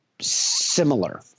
Similar